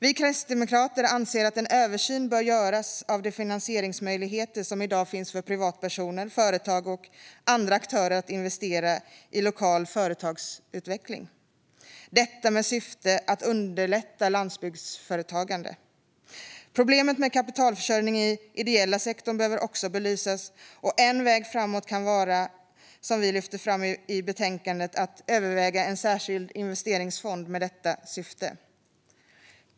Vi kristdemokrater anser att en översyn bör göras av de finansieringsmöjligheter som i dag finns för privatpersoner, företag och andra aktörer att investera i lokal företagsutveckling. Syftet är att underlätta för landsbygdsföretagande. Problemet med kapitalförsörjning i den ideella sektorn behöver också belysas. En väg framåt, som vi lyfter fram i betänkandet, kan vara att överväga en särskild investeringsfond med detta syfte.